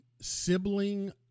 sibling